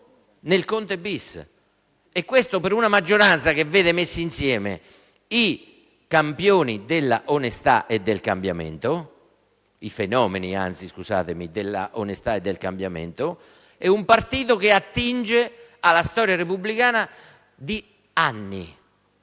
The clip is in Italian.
nel Conte-*bis*. Tutto ciò da una maggioranza che vede messi insieme i campioni dell'onestà e del cambiamento (anzi, i fenomeni dell'onestà e del cambiamento) e un partito che attinge alla storia repubblicana di anni